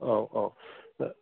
औ औ